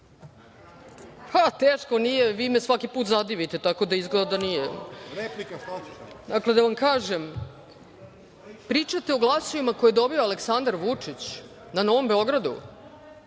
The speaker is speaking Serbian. sam. Teško nije, vi me svaki put zadivite, tako da izgleda da nije. Dakle, da vam kažem pričate o glasovima koje je doveo Aleksandar Vučić na Novom Beogradu